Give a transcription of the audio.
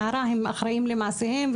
הנערה הם אחראים למעשיהם,